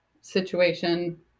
situation